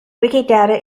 wikidata